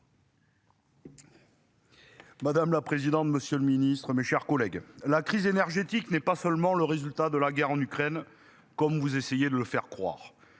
Madame la présidente. Monsieur le Ministre, mes chers collègues, la crise énergétique n'est pas seulement le résultat de la guerre en Ukraine comme vous essayez de le faire croire.